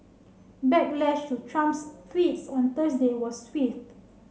backlash to Trump's tweets on Thursday was swift